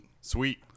Sweet